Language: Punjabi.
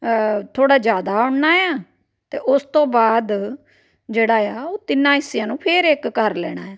ਥੋੜ੍ਹਾ ਜ਼ਿਆਦਾ ਉਣਨਾ ਆ ਅਤੇ ਉਸ ਤੋਂ ਬਾਅਦ ਜਿਹੜਾ ਆ ਉਹ ਤਿੰਨਾਂ ਹਿੱਸਿਆਂ ਨੂੰ ਫਿਰ ਇੱਕ ਕਰ ਲੈਣਾ